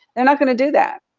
they're not gonna do that,